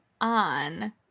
on